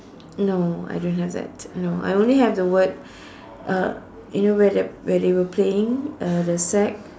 no I don't have that no I only have the word uh you know where the where they were playing uh the sack